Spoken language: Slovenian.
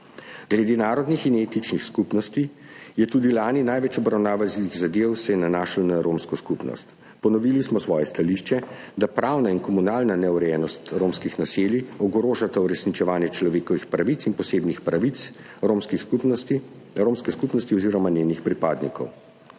Glede narodnih in etičnih skupnosti se je tudi lani največ obravnavanih zadev nanašalo na romsko skupnost. Ponovili smo svoje stališče, da pravna in komunalna neurejenost romskih naselij ogrožata uresničevanje človekovih pravic in posebnih pravic romske skupnosti oziroma njenih pripadnikov.